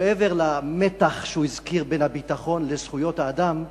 שמעבר למתח שהוא הזכיר בין הביטחון לזכויות האדם,